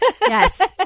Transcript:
Yes